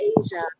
Asia